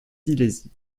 silésie